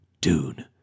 Dune